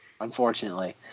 Unfortunately